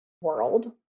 world